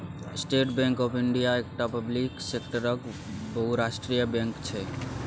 state bank of India एकटा public सेक्टरक बहुराष्ट्रीय बैंक छै